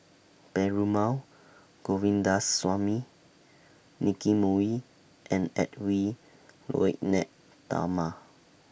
Perumal Govindaswamy Nicky Moey and Edwy Lyonet Talma